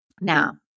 Now